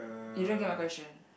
you don't get my question